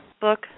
book